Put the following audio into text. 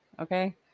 Okay